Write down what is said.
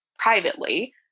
privately